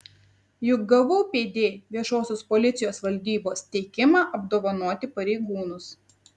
juk gavau pd viešosios policijos valdybos teikimą apdovanoti pareigūnus